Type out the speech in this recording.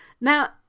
Now